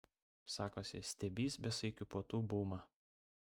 sakosi stebįs besaikių puotų bumą